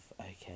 okay